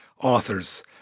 authors